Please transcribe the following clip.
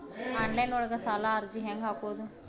Online ಒಳಗ ಸಾಲದ ಅರ್ಜಿ ಹೆಂಗ್ ಹಾಕುವುದು?